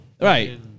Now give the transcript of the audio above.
Right